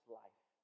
life